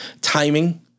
timing